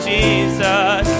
Jesus